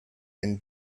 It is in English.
and